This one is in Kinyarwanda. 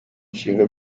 nshinga